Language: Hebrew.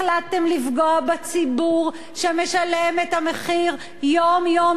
החלטתם לפגוע בציבור שמשלם את המחיר יום-יום,